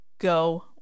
go